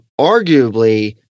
arguably